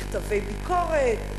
מכתבי ביקורת,